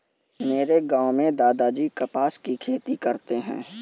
मेरे गांव में दादाजी कपास की खेती करते हैं